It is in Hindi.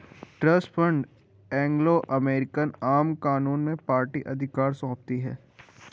ट्रस्ट फण्ड एंग्लो अमेरिकन आम कानून में पार्टी अधिकार सौंपती है